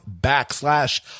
backslash